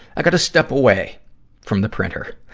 i gotta step away from the printer.